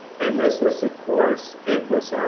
and this was the course it was,